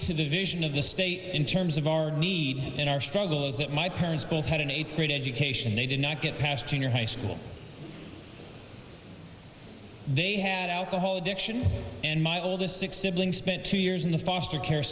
to the vision of the state in terms of our needs in our struggles that my parents both had an eighth grade education they did not get past junior high school they had alcohol addiction and my oldest six siblings spent two years in the foster care